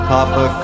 Papa